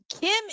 Kim